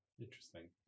Interesting